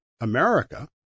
America